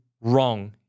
wrong